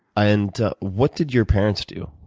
and ah what did your parents do,